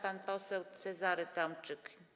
Pan poseł Cezary Tomczyk.